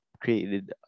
created